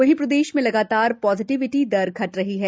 वहींप्रदेश में लगातार पॉजिटिविटी दर घट रही है